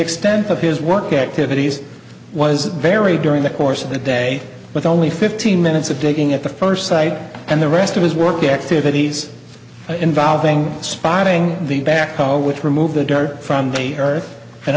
extent of his work at tiffany's was very during the course of the day with only fifteen minutes of digging at the first site and the rest of his work activities involving spotting the back hall which remove the dirt from the earth and